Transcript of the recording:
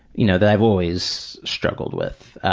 you know, that i've always struggled with,